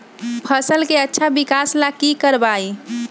फसल के अच्छा विकास ला की करवाई?